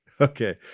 Okay